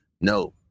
No